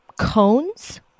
cones